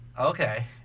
Okay